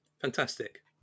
Fantastic